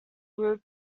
group